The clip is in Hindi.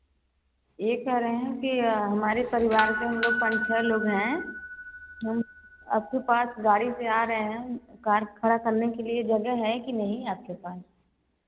यह कह रहे हैं कि हमारे परिवार के हम लोग पाँच छः लोग हैं आपके पास गाड़ी से आ रहे हैं कार खड़ा करने के लिए जगह है कि नहीं आपके पास